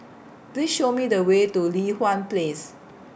Please Show Me The Way to Li Hwan Place